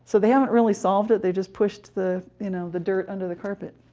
so they haven't really solved it they just pushed the you know the dirt under the carpet.